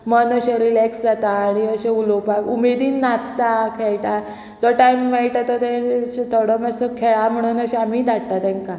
मन अशें रिलेक्स जाता आनी अशें उलोवपाक उमेदीन नाचता खेळटा जो टायम मेळटा तो ते थोडो मातसो खेळा म्हणून अशें आमी धाडटा तांकां